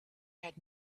had